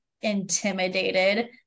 intimidated